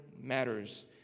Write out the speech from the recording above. matters